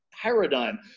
paradigm